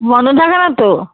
বন্ধ থাকে না তো